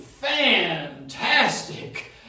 fantastic